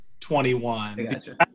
21